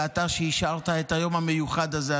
ואתה אישרת את היום המיוחד הזה,